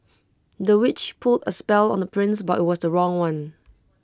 the witch put A spell on the prince but IT was the wrong one